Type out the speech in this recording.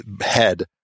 head